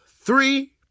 three